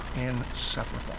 inseparable